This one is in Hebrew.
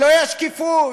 אלוהי השקיפות.